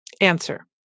Answer